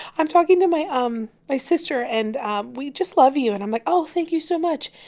i'm talking to my um my sister and we just love you. and i'm like oh, thank you so much.